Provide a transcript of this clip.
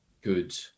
good